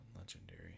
legendary